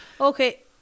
Okay